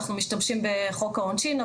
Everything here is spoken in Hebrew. אנחנו משתמשים בחוק העונשין.